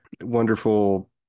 wonderful